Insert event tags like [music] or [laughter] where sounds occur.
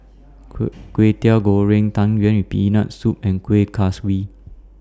[unintelligible] Kwetiau Goreng Tang Yuen with Peanut Soup and Kuih Kaswi